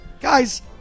Guys